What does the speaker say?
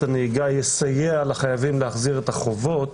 הנהיגה יסייע לחייבים להחזיר את החובות,